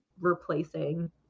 replacing